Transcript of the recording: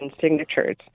signatures